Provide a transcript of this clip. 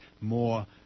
more